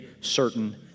certain